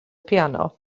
piano